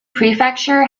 prefecture